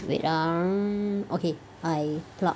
wait ah okay I plug